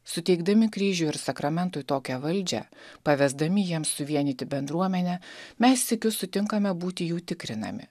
suteikdami kryžiui ir sakramentui tokią valdžią pavesdami jiems suvienyti bendruomenę mes sykiu sutinkame būti jų tikrinami